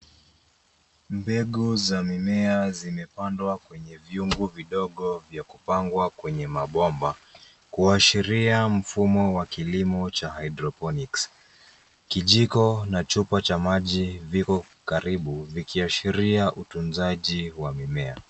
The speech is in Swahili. Mbegu za mimea zimepandwa kwenye viungu vidogo vya kupangwa kwenye mabomba ,kuashiria mfumo wa kilimo cha hydroponics . Kijiko na chupa cha maji viko karibu vikiashiria utunzaji wa mimea.